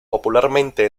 popularmente